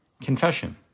Confession